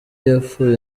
yapfuye